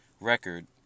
Record